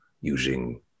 using